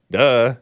duh